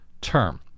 term